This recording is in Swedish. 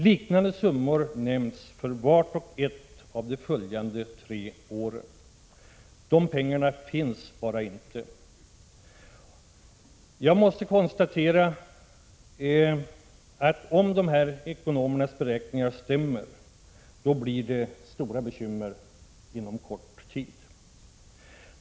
Liknande summor nämns för vart och ett av de följande tre åren. De pengarna finns bara inte. Jag måste konstatera att om ekonomernas beräkningar stämmer blir det inom kort stora bekymmer.